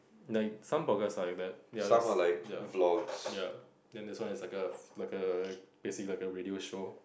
like some podcast are like that ya that's ya ya then this one is like a like a basically like a radio show